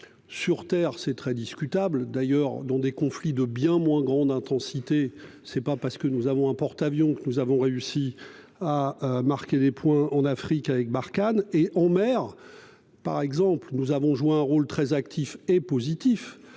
Sur Terre, c'est très discutable d'ailleurs dans des conflits de bien moins grande intensité. C'est pas parce que nous avons un porte-avions que nous avons réussi à marquer des points en Afrique avec Barkhane et en mer. Par exemple, nous avons joué un rôle très actif et positif